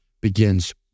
begins